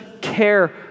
care